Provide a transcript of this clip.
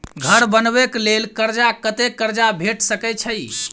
घर बनबे कऽ लेल कर्जा कत्ते कर्जा भेट सकय छई?